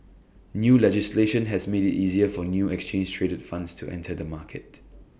new legislation has made IT easier for new exchange traded funds to enter the market